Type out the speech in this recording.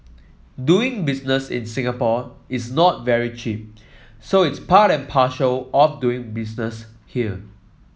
doing business in Singapore is not very cheap so it's part and parcel of doing business here